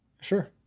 Sure